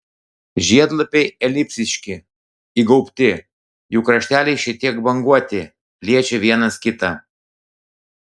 žiedlapiai elipsiški įgaubti jų krašteliai šiek tiek banguoti liečia vienas kitą